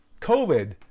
COVID